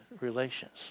relations